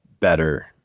better